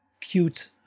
cute